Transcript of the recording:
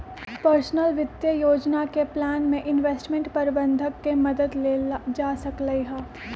personal वित्तीय योजना के प्लान में इंवेस्टमेंट परबंधक के मदद लेल जा सकलई ह